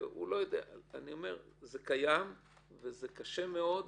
זה קיים וזה קשה מאוד.